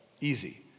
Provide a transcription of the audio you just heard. Easy